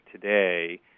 today